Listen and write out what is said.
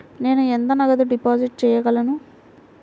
నేను ఎంత నగదు డిపాజిట్ చేయగలను?